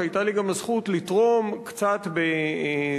שהיתה לי גם הזכות לתרום קצת בגישור,